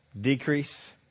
Decrease